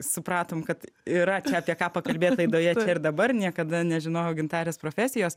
supratom kad yra apie ką pakalbėt laidoje ir dabar niekada nežinojau gintarės profesijos